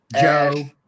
Joe